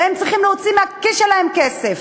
והם צריכים להוציא מהכיס שלהם כסף.